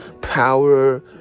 power